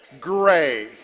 gray